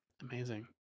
Amazing